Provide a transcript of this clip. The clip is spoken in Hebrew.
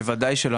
בוודאי שלא.